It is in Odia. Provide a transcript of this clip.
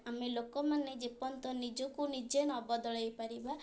ଆମେ ଲୋକମାନେ ଯେପର୍ଯ୍ୟନ୍ତ ନିଜକୁ ନିଜେ ନ ବଦଳାଇପାରିବା